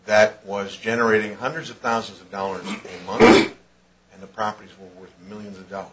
that was generating hundreds of thousands of dollars a month in the property millions of dollars